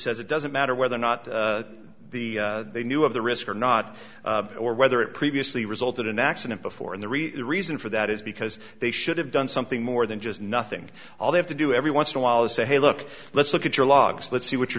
says it doesn't matter whether or not the they knew of the risk or not or whether it previously resulted in an accident before in the real reason for that is because they should have done something more than just nothing all they have to do every once in a while is say hey look let's look at your logs let's see what you're